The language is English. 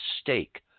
stake